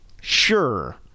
sure